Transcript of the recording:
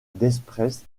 desprez